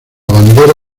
bandera